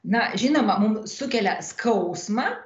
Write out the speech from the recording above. na žinoma mum sukelia skausmą